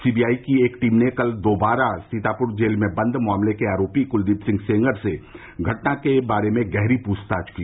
CBI की एक team ने कल दोबारा सीतापूर जेल में बन्द मामले के आरोपी कुलदीप सिंह सेंगर से घटना के बारे में गहरी पूछताछ की